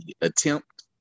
attempt